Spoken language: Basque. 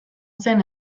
zen